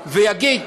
ויגיד: